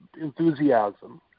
enthusiasm